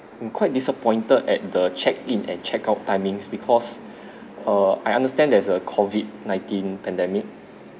I'm quite disappointed at the check in and checkout timings because err I understand there's a COVID nineteen pandemic